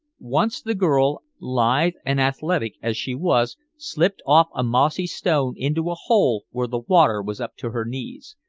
once the girl, lithe and athletic as she was, slipped off a mossy stone into a hole where the water was up to her knees.